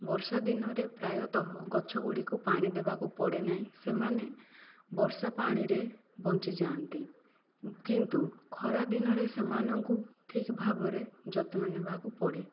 ବର୍ଷା ଦିନରେ ପ୍ରାୟତଃ ଗଛ ଗୁଡ଼ିକୁ ପାଣି ଦେବାକୁ ପଡ଼େ ନାହିଁ ସେମାନେ ବର୍ଷା ପାଣିରେ ବଞ୍ଚି ଯାଆନ୍ତି କିନ୍ତୁ ଖରାଦିନରେ ସେମାନଙ୍କୁ ଠିକ ଭାବରେ ଯତ୍ନ ନେବାକୁ ପଡ଼େ